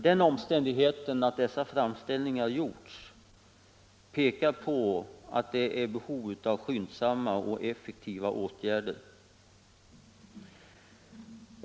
Den omständigheten att dessa framställningar gjorts understryker behovet av skyndsamma och effektiva åtgärder.